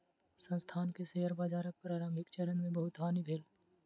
संस्थान के शेयर बाजारक प्रारंभिक चरण मे बहुत हानि भेल